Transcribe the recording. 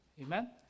Amen